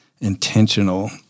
intentional